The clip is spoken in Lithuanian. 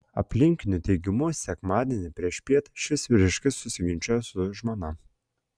aplinkinių teigimu sekmadienį priešpiet šis vyriškis susiginčijo su žmona